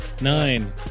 nine